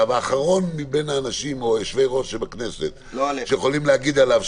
האחרון מבין יושבי-ראש הוועדות שיכולים להגיד עליו -- לא עליך.